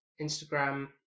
instagram